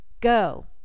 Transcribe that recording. go